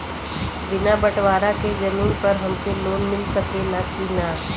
बिना बटवारा के जमीन पर हमके लोन मिल सकेला की ना?